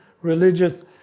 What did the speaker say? religious